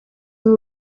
muri